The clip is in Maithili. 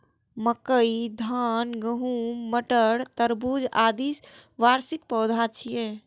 मकई, धान, गहूम, मटर, तरबूज, आदि वार्षिक पौधा छियै